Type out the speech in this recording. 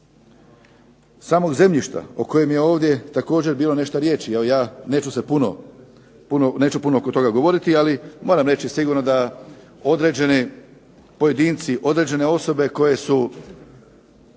samog zemljišta o kome je ovdje također bilo riječi, evo ja se neću puno oko toga govoriti, ali moram reći sigurno da određeni pojedinci, određene osobe na